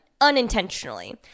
unintentionally